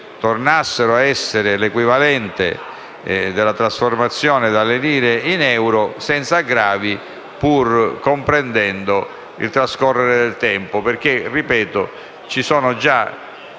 tornassero a essere l’equivalente della trasformazione delle lire in euro, senza aggravi, pur comprendendo il trascorrere del tempo. Come ho detto infatti, ci sono già